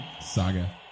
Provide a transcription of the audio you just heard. saga